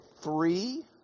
three